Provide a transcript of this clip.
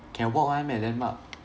can walk [one] meh denmark